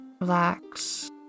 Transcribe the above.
Relax